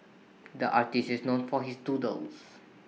the artist is known for his doodles